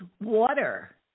water